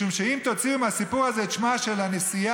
משום שאם תוציאו מהסיפור הזה את שמה של הנשיאה